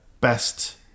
Best